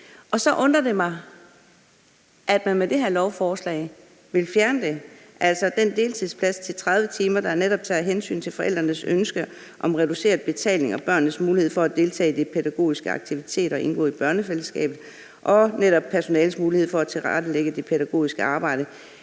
Så undrer det mig, at man med det her lovforslag vil fjerne det, altså den deltidsplads på 30 timer, der netop tager hensyn til forældrenes ønske om reduceret betaling, børnenes mulighed for at deltage i de pædagogiske aktiviteter og indgå i et børnefællesskab og netop personalets mulighed for at tilrettelægge det pædagogiske arbejde